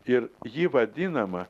ir ji vadinama